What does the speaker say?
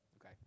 okay